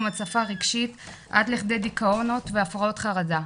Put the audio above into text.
הצפה רגשית עד לכדי דיכאונות והפרעות חרדה.